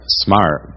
smart